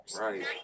Right